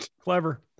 Clever